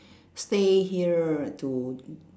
stay here to